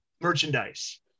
merchandise